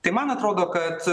tai man atrodo kad